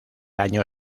año